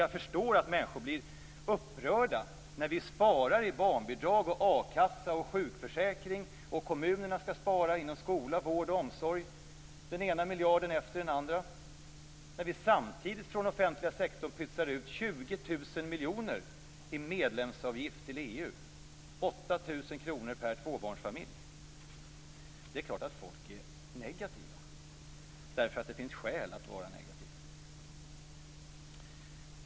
Jag förstår att människor blir upprörda när vi sparar i barnbidrag, a-kassa och sjukförsäkring, och kommunerna skall spara den ena miljarden efter den andra i skola, vård och omsorg samtidigt som vi från den offentliga sektorn pytsar ut 20 000 miljoner till medlemsavgift till EU. Det är 8 000 kr per tvåbarnsfamilj. Det är klart att människor är negativa. Det finns skäl att vara negativ.